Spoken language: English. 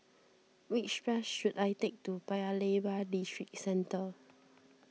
which bus should I take to Paya Lebar Districentre